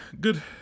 Good